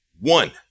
one